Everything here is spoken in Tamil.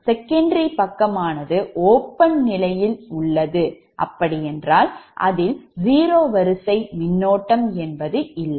செகண்டரி பக்கமானது ஓபன் நிலையில் உள்ளது அப்படி என்றால் அதில்zero வரிசை மின்னோட்டம் என்பது இல்லை